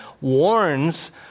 warns